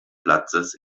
platzes